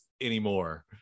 anymore